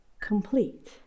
complete